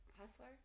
Hustler